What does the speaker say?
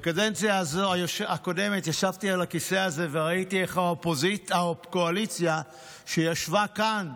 בקדנציה הקודמת ישבתי על הכיסא הזה וראיתי איך האופוזיציה שישבה כאן,